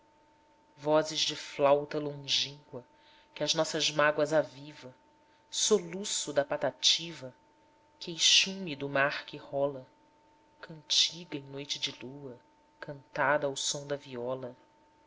vozes de flauta longínqua que as nossas mágoas aviva soluço da patativa queixume do mar que rola cantiga em noite de lua cantada ao som da viola